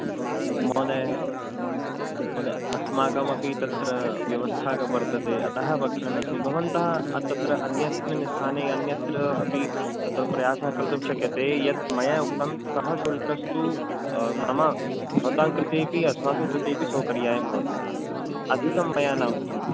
महोदय महोदय अस्माकमपि तत्र व्यवस्था वर्तते अतः वक्षन् अस्मि भवन्तः तत्र अन्यस्मिन् स्थाने अन्यत्र अपि तत्र प्रयासः कर्तुं शक्यते यत् मया उक्तं सः शुल्कस्तु नाम भवतां कृते अपि अस्माकं कृते अपि सौकर्याय भवति अधिकं मया न उक्तं